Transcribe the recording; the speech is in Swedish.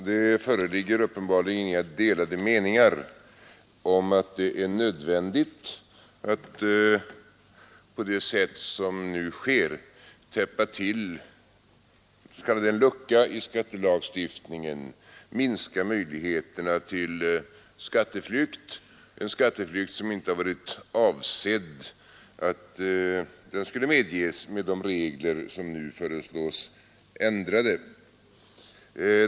Herr talman! Det föreligger uppenbarligen inga delade meningar om att det är nödvändigt att på det sätt som nu sker täppa till den här luckan i skattelagstiftningen och minska möjligheterna till skatteflykt — en skatteflykt som det inte har varit avsett att de regler som nu föreslås ändrade skulle medge.